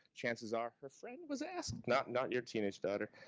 chances are her friend was asked, not not your teenage daughter.